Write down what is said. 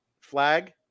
flag